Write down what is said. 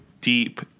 deep